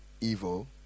evil